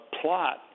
plot